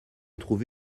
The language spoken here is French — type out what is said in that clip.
trouve